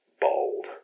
bold